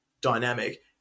dynamic